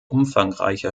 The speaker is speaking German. umfangreicher